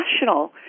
national